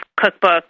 cookbook